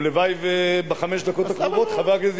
ולוואי שבחמש הדקות הקרובות חברי הכנסת